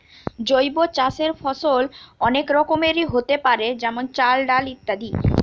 জৈব চাষের ফসল অনেক রকমেরই হোতে পারে যেমন চাল, ডাল ইত্যাদি